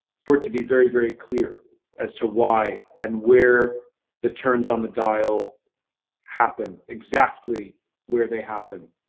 for it to be very, very clear as to why, and where the turns on the dial happened, exactly where they happened.